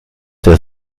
der